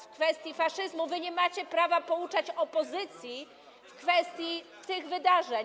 w kwestii faszyzmu, tak wy nie macie prawa pouczać opozycji w kwestii tych wydarzeń.